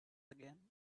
again